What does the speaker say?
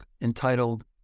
entitled